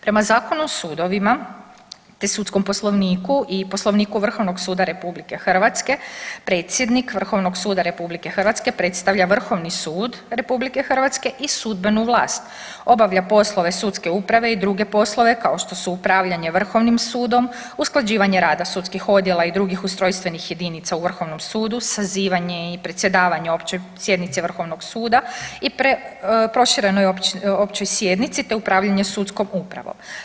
Prema Zakonu o sudovima, te sudskom Poslovniku i Poslovniku Vrhovnog suda RH predsjednik Vrhovnog suda RH predstavlja Vrhovni sud RH i sudbenu vlast, obavlja poslove sudske uprave i druge poslove kao što su upravljanje Vrhovnim sudom, usklađivanje rada sudskih odjela i drugih ustrojstvenih jedinica u Vrhovnom sudu, sazivanje i predsjedavanje općoj sjednici Vrhovnog suda i proširenoj općoj sjednici, te upravljanje sudskom upravom.